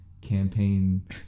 campaign